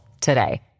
today